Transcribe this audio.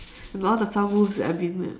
and all the sound booths that I've been ah